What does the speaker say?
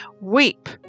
Weep